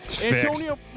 Antonio